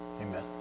Amen